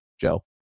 Joe